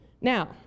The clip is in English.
Now